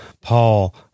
Paul